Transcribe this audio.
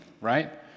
right